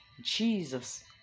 Jesus